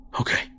Okay